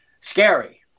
scary